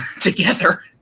together